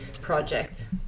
project